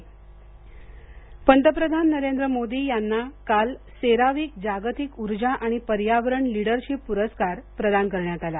पंतप्रधान सेराविक पंतप्रधान नरेंद्र मोदी यांना काल सेराविक जागतिक ऊर्जा आणि पर्यावरण लीडरशीप पुरस्कार प्रदान करण्यात आला